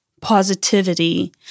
positivity